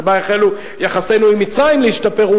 שבה החלו יחסינו עם מצרים להשתפר,